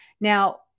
Now